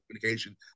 communication